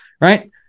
right